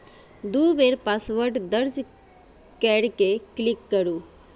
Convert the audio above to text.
दू बेर पासवर्ड दर्ज कैर के क्लिक करू